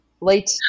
Late